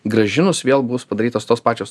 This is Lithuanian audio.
grąžinus vėl bus padarytos tos pačios